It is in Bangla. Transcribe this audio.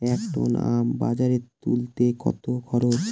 এক টন আম বাজারে তুলতে কত খরচ?